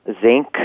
zinc